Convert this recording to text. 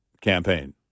campaign